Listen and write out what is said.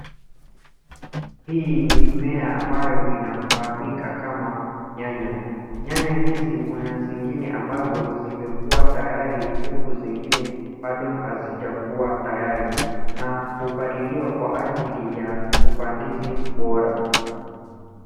Hii ni mmea ambayo inafahamika kama nyanya, nyanya hizi kuna zingine ambazo zimekua tayari huku zingine bado hazijakua tayari na hupaliliwa kwa ajili ya upandizi bora.